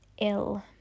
ill